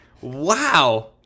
Wow